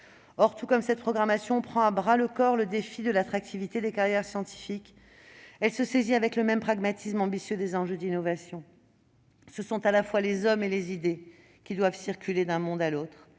Or cette programmation, qui prend à bras-le-corps le défi de l'attractivité des carrières scientifiques en France, se saisit avec le même pragmatisme ambitieux des enjeux d'innovation. Tant les hommes que les idées doivent circuler d'un monde à l'autre.